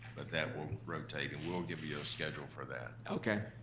but that will rotate, and we'll give you a schedule for that. okay.